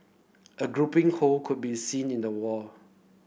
a grouping hole could be seen in the wall